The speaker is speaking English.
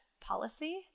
policy